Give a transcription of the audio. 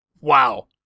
Wow